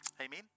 Amen